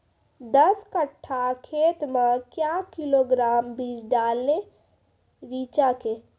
दस कट्ठा खेत मे क्या किलोग्राम बीज डालने रिचा के?